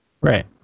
Right